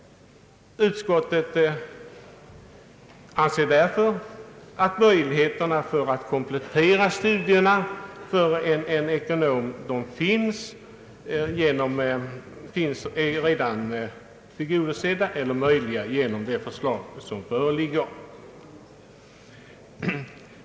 Utskottet anser således att det förslag som föreligger tillgodoser möjligheterna för den som vill avlägga en ekonomexamen att komplettera sin utbildning.